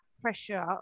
pressure